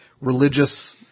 religious